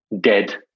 dead